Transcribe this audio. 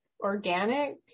organic